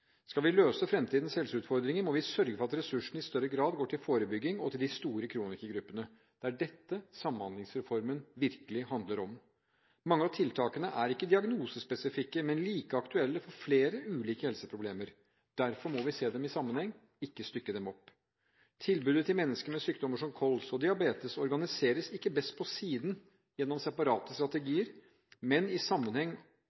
Skal vi løse fremtidens helseutfordringer, må vi sørge for at ressursene i større grad går til forebygging og til de store kronikergruppene. Det er dette Samhandlingsreformen virkelig handler om. Mange av tiltakene er ikke diagnosespesifikke, men like aktuelle for flere ulike helseproblemer. Derfor må vi se dem i sammenheng – ikke stykke dem opp. Tilbudet til mennesker med sykdommer som kols og diabetes organiseres ikke best på siden, gjennom separate